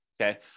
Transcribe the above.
okay